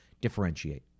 differentiate